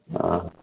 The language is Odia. ହଁ